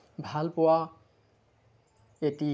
ভাল পোৱা এটি